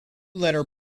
letter